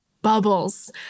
Bubbles